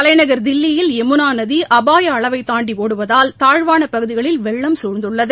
தலைநகர் தில்லியில் யமுனாநதிஅபாயஅளவைத் தாண்டி ஒடுவதால் தாழ்வாளபகுதிகளில் வெள்ளம் சூழ்ந்துள்ளது